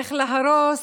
איך להרוס,